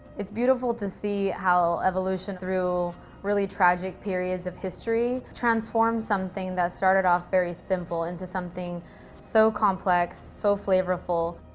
it's beautiful to see how evolution through really tragic periods of history transformed something that started off very simple into something so complex, so flavorful.